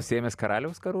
sėmęs karaliaus karū